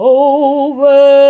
over